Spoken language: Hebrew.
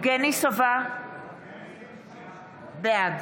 בעד